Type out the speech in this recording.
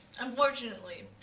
Unfortunately